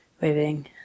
waving